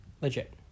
Legit